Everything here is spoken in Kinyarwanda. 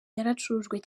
yaracurujwe